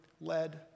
led